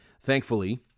Thankfully